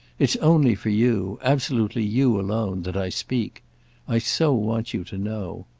it's only for you absolutely you alone that i speak i so want you to know.